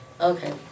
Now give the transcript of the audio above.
Okay